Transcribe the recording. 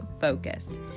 focus